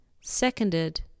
seconded